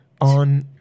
on